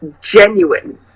genuine